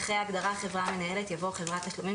אחרי ההגדרה "חברה מנהלת" יבוא: ""חברת תשלומים"